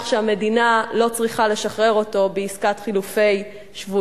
שהמדינה לא צריכה לשחרר אותו בעסקת שבויים.